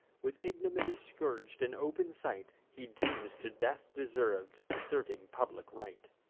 with ignominy scourg'd, in open sight, he dooms to death deserv'd, asserting public right.